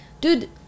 dude